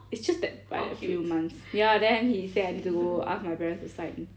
it's just that by a few months ya then he say I need go ask my parents to sign